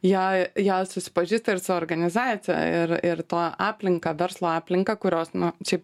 jie jie susipažįsta ir su organizacija ir ir tuo aplinka verslo aplinka kurios nu šiaip